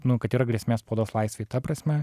nu kad yra grėsmė spaudos laisvei ta prasme